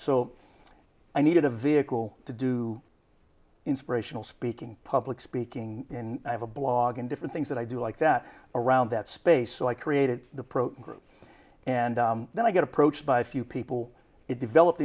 so i needed a vehicle to do inspirational speaking public speaking and i have a blog and different things that i do like that around that space so i created the program and then i got approached by a few people it developed